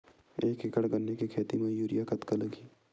एक एकड़ गन्ने के खेती म यूरिया कतका लगही?